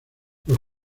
los